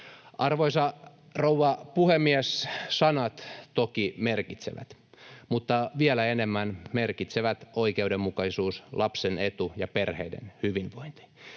Arvoisa rouva puhemies! Sanat toki merkitsevät, mutta vielä enemmän merkitsevät oikeudenmukaisuus, lapsen etu ja perheiden hyvinvointi.